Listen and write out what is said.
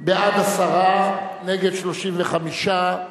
עשרה בעד, נגד, 35,